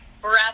breath